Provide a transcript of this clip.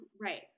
Right